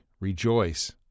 Rejoice